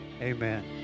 amen